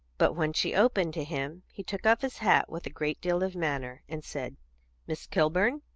but when she opened to him he took off his hat with a great deal of manner, and said miss kilburn?